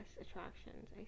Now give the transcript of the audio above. Attractions